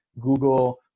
Google